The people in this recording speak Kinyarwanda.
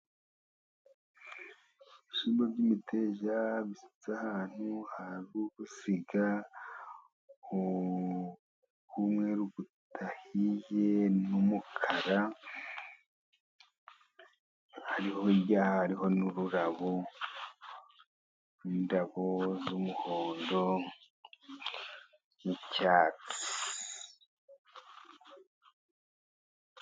Ibishyimbo by'imiteja bisutse ahantu hari uruziga rw'umweru rudahiye n'umukara, ari hirya hariho n'ururabo, indabo z'umuhodo n'icyatsi.